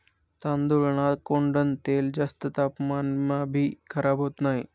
तांदूळना कोंडान तेल जास्त तापमानमाभी खराब होत नही